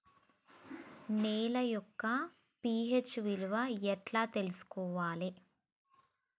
నేల యొక్క పి.హెచ్ విలువ ఎట్లా తెలుసుకోవాలి?